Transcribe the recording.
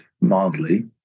mildly